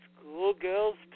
schoolgirls